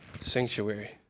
Sanctuary